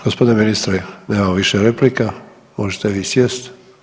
Gospodine ministre, nemamo više replika možete vi sjest.